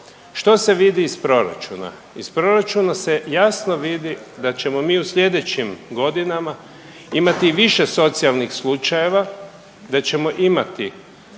Što se vidi iz proračuna? Iz proračuna se jasno vidi da ćemo mi u sljedećim godinama imati više socijalnih slučajeva, da ćemo imati